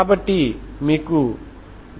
కాబట్టి ప్రతి n unxtAne n222L2t